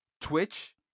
Twitch